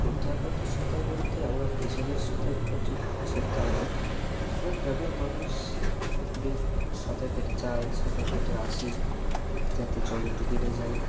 প্রথাগত সাঁতার বলতে আমরা পেশাদার সাঁতার কাটি যে তা নই আমরা গ্রামের মানুষ পুকুরে সাঁতার কেটে যাই সাঁতার কেটে আসি যাতে জলে ডুবে না যাই